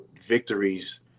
victories